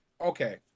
Okay